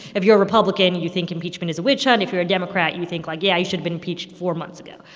if you're a republican, you think impeachment is a witch hunt. if you're a democrat, you think, like, yeah, he should've been impeached four months ago,